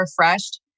refreshed